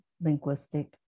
Linguistic